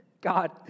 God